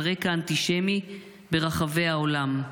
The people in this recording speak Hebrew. על רקע אנטישמי ברחבי העולם,